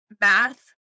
math